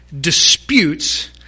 Disputes